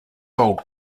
old